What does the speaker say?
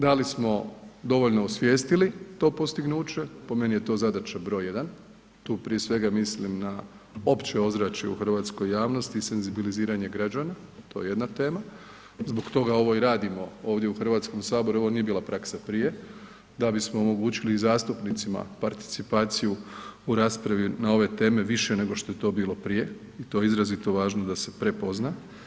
Da li smo dovoljno osvijestili to postignuće, po meni je to zadaća broj jedan, tu prije svega mislim na opće ozračje u hrvatskoj javnosti i senzibiliziranje građana, to je jedna tema i zbog toga ovo i radimo ovdje u Hrvatskom saboru jer ovo nije bila praksa prije, da bismo omogućili zastupnicima participaciju u raspravi na ove teme više nego što je to bilo prije i to je izrazito važno da se prepozna.